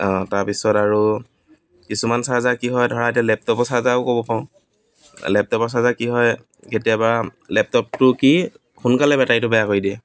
তাৰপিছত আৰু কিছুমান চাৰ্জাৰ কি হয় ধৰা এতিয়া লেপটপৰ চাৰ্জাৰো ক'ব পাৰোঁ লেপটপৰ চাৰ্জাৰ কি হয় কেতিয়াবা লেপটপটো কি সোনকালে বেটেৰীটো বেয়া কৰি দিয়ে